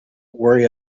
worry